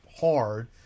hard